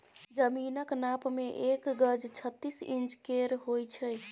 जमीनक नाप मे एक गज छत्तीस इंच केर होइ छै